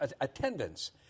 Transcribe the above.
attendance